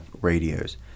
radios